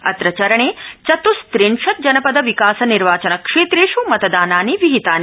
अत्र चरण चित्रत्रिंशत् जनपद विकास निर्वाचनक्षक्क्रि मतदानानि विहितानि